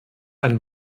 ein